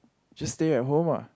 just stay at home ah